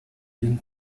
bien